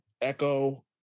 Echo